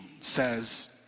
says